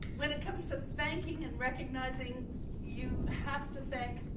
when it comes to thanking and recognizing you have to thank,